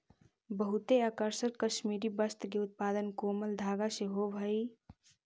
बहुते आकर्षक कश्मीरी वस्त्र के उत्पादन कोमल धागा से होवऽ हइ